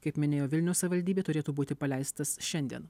kaip minėjo vilniaus savivaldybė turėtų būti paleistas šiandien